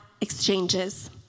exchanges